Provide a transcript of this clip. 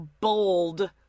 bold